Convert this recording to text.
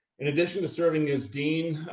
in addition to serving as dean,